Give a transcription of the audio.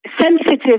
sensitive